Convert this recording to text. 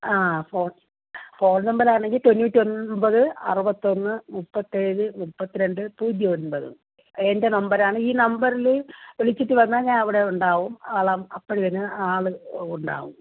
ആ phone phone നമ്പറാണെങ്കിൽ തൊണ്ണൂറ്റിയൊൻപത് അറുപത്തൊന്ന് മുപ്പത്തേഴ് മുപ്പത്തി രണ്ട് പൂജ്യം ഒൻപത് എന്റെ നമ്പറാണ് ഈ നമ്പറിൽ വിളിച്ചിട്ട് വന്നാൽ ഞാൻ അവിടെ ഉണ്ടാകും ആൾ അപ്പോൾ തന്നെ ആൾ ഉണ്ടാകും